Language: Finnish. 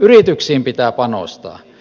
yrityksiin pitää panostaa